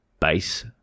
base